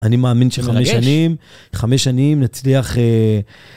אני מאמין שחמש שנים, זה מרגש, חמש שנים נצליח אה...